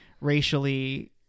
racially